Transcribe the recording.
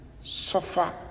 suffer